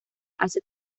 hace